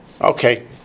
Okay